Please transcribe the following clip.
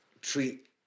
treat